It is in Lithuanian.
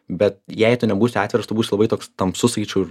bet jei tu nebūsi atviras tu būsi labai toks tamsus sakyčiau ir